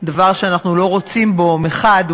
דבר שאנחנו לא רוצים מחד גיסא,